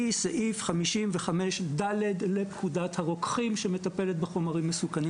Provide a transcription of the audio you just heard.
סעיף 55ד' לפקודת הרוקחים שמטפלת בחומרים מסוכנים.